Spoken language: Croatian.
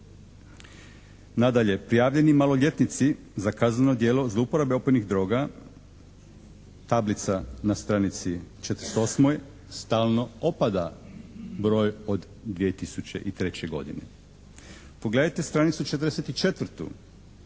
Nadalje, prijavljeni maloljetnici za kazneno djelo zlouporabe opojnih droga, tablica na stranici 48. stalno opada broj od 2003. godine. Pogledajte stranicu 44.,